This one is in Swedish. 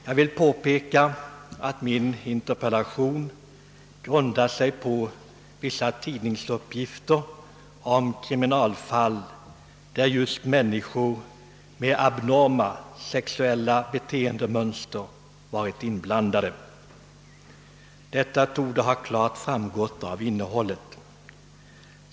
Jag vill påpeka att interpellationen grundar sig på vissa tidningsuppgifter om kriminalfall, där just människor med abnorma sexuella beteendemönster varit inblandade; detta torde klart ha framgått av innehållet.